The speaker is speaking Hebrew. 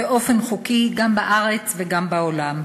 באופן חוקי גם בארץ וגם בעולם,